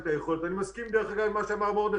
אני לא יודע אם חבר הכנסת טיבי יאהב את מה שאני אומר,